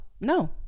No